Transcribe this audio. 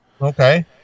Okay